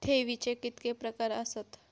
ठेवीचे कितके प्रकार आसत?